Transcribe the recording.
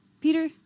Peter